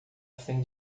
sem